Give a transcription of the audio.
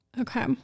Okay